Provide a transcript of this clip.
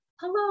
hello